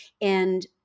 And-